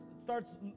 starts